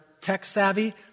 tech-savvy